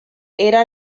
era